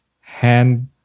hand